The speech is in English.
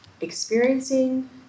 experiencing